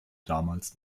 damals